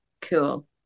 cool